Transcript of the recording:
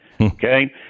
okay